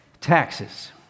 taxes